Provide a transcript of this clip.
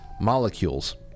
molecules